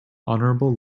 honorable